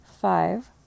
five